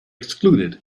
excluded